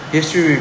history